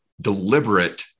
deliberate